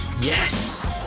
yes